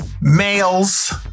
males